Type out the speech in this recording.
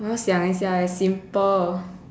我要想一下 leh simple